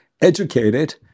educated